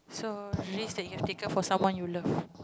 so risk that you have taken for someone you love